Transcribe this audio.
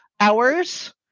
hours